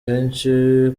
benshi